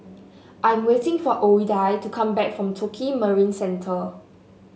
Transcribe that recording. I am waiting for Ouida to come back from Tokio Marine Centre